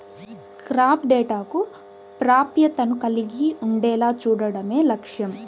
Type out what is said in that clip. crop డేటాకు ప్రాప్యతను కలిగి ఉండేలా చూడడమే లక్ష్యం